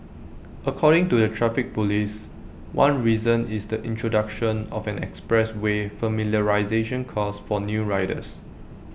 according to the traffic Police one reason is the introduction of an expressway familiarisation course for new riders